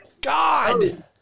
God